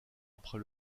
après